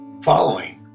following